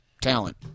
talent